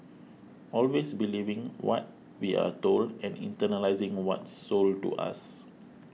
always believing what we are told and internalising what's sold to us